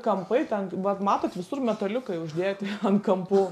kampai ten vat matot visur metaliukai uždėti ant kampų